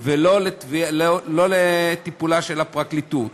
ולא לטיפולה של הפרקליטות.